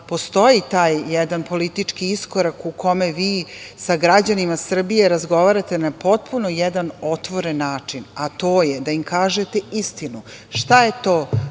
postoji taj jedan politički iskorak u kome vi sa građanima Srbije razgovarate na jedan potpuno otvoren način, a to je da im kažete istinu – šta je to